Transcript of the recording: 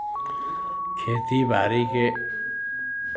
खेती बारी के